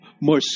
More